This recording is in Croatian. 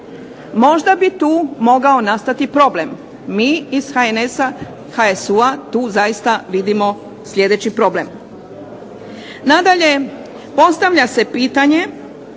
Možda bi tu mogao nastati problem. Mi iz HNS-a, HSU-a tu zaista vidimo sljedeći problem. Nadalje, postavlja se pitanje